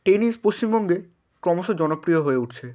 tennis পশ্চিমবঙ্গে ক্রমশ জনপ্রিয় হয়ে উঠছে